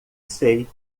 sei